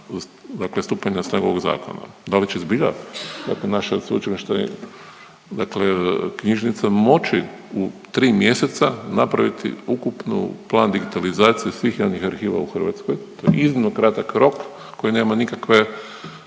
dakle stupanja na snagu ovog zakona. Da li će zbilja naša sveučilišna knjižnica moći u 3 mjeseca napraviti ukupnu plan digitalizaciju svih javnih arhiva u Hrvatskoj. To je iznimno kratak rok koji nema nikakve